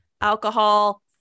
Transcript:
alcohol